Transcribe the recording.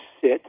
sit